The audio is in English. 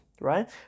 right